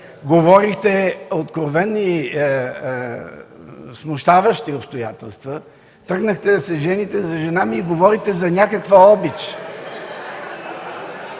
Говорихте откровени, смущаващи обстоятелства, тръгнахте да се жените за жена ми и говорите за някаква обич.